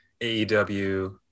AEW